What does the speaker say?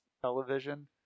television